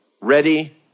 ready